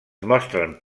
mostren